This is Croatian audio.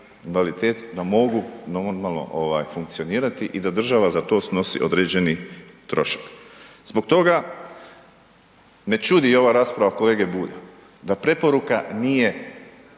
da mogu normalno funkcionirati i da država za to snosi određeni trošak. Zbog toga me čudi ova rasprava kolege Bulja. Da preporuka nije